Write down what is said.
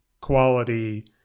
quality